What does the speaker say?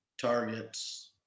targets